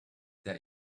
that